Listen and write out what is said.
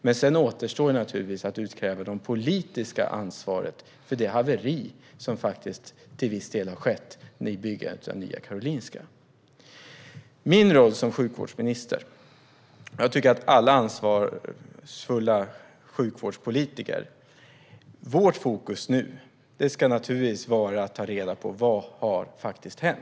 Men sedan återstår det naturligtvis att utkräva det politiska ansvaret för det haveri som faktiskt till viss del har skett när det gäller byggandet av Nya Karolinska. För mig, i min roll som sjukvårdsminister, och för alla ansvarsfulla sjukvårdspolitiker ska nu fokus naturligtvis vara att ta reda på vad som faktiskt har hänt.